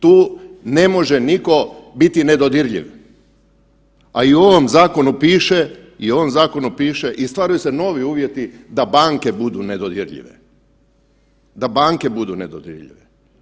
Tu ne može nitko biti nedodirljiv, a i u ovom zakonu piše, i u ovom zakonu piše i stvaraju se novi uvjeti da banke budu nedodirljive, da banke budu nedodirljive.